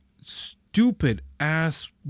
stupid-ass-